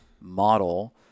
model